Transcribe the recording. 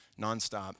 nonstop